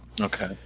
okay